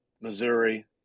Missouri